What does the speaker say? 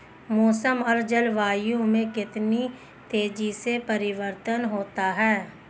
मौसम और जलवायु में कितनी तेजी से परिवर्तन होता है?